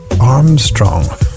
Armstrong